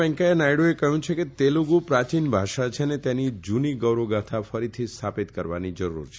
વેકૈયા નાયડુ એ કહયું કે તેલુગુ પ્રાચીન ભાષા છે અને તેની જુની ગૌરવ ગાથા ફરીથી સ્થાપિત કરવાની જરૂર છે